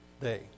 day